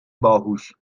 باهوش